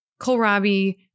kohlrabi